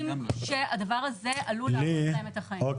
שהדבר הזה עלול להרוס להם את החיים.